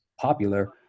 popular